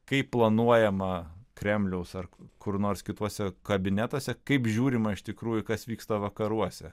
kaip planuojama kremliaus ar kur nors kituose kabinetuose kaip žiūrima iš tikrųjų kas vyksta vakaruose